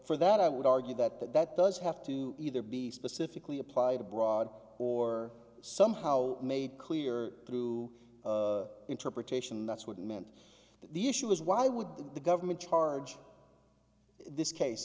for that i would argue that that that does have to either be specifically applied abroad or somehow made clear through interpretation that's what it meant that the issue was why would the government charge this case